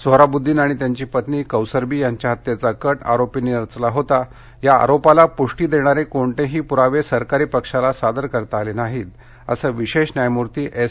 सोहराबृद्दीन आणि त्यांची पत्नी कौसर बी यांच्या हत्येचा कट आरोपींनी रचला होता या आरोपाला पृष्टी देणारे कोणतेही पुरावे सरकारी पक्षाला सदर करता आले नाहीत असं विशेष न्यायमूर्ती एस